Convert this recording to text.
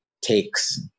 takes